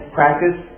practice